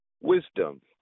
wisdom